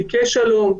תיקי שלום.